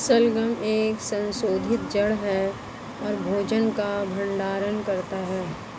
शलजम एक संशोधित जड़ है और भोजन का भंडारण करता है